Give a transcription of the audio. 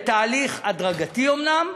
בתהליך הדרגתי אומנם,